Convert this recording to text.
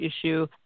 issue